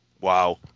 Wow